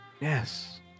Yes